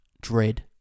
Dread